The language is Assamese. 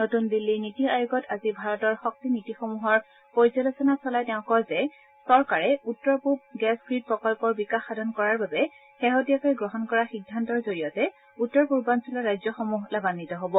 নতুন দিল্লীৰ নিটি আয়োগত আজি ভাৰতৰ শক্তি নীতিসমূহৰ পৰ্যালোচনা চলাই তেওঁ কয় যে চৰকাৰে উত্তৰ পূব গেছ গ্ৰীড প্ৰকল্পৰ বিকাশ সাধন কৰাৰ বাবে শেহতীয়াকৈ গ্ৰহণ কৰা সিদ্ধান্তৰ জৰিয়তে উত্তৰ পূৰ্বাঞ্চলৰ ৰাজ্যসমূহ লাভাঘিত হ'ব